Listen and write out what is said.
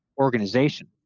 organization